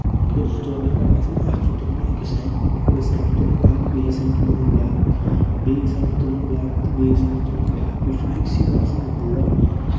اَگر زٕ ژور نَفر آسن اکھ چھُ تُلُن أکِس سایڈٕ أکِس سایڈٕ بیٚیِس سایڈٕ تُلُن بٮ۪اکھ بیٚیہِ سایڈٕ تُلُن بٮ۪کاہ تہٕ بیٚیہِ سایڈٕ تُلُن بٮ۪اکھ تہٕ یہِ چھُنہٕ أکسٕے باسان بور کیٚنہہ